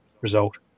result